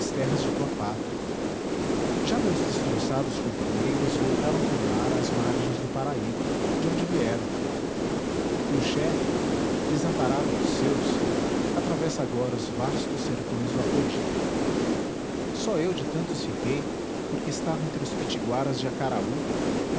terras de tua pátria já meus destroçados companheiros voltaram por mar às margens do paraíba de onde vieram e o chefe desamparado dos seus atravessa agora os vastos sertões do apodi só eu de tantos fiquei porque estava entre os pitiguaras de acaraú